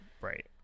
Right